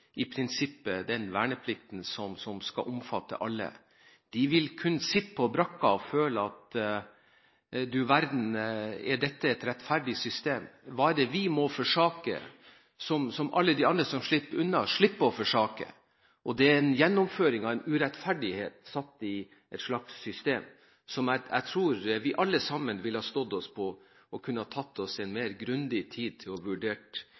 den verneplikten som i prinsippet skal omfatte alle – vil kunne sitte på brakka og føle at du verden, er dette et rettferdig system? Hva er det vi må forsake som alle de andre som slipper unna, slipper å forsake? Det er en gjennomføring av en urettferdighet satt i et slags system, som jeg tror vi alle sammen ville ha stått oss på å ta mer grundig tid til å vurdere i en